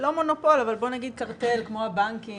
לא מונופול אבל בוא נגיד קרטל כמו הבנקים